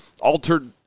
altered